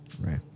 Right